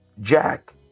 Jack